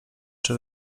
czy